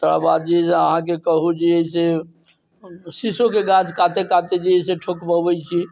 तकर बाद जे है से अहाँके कहू जे है से सीसोके गाछ काते कात जे है से ठोकबबै छी